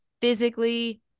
physically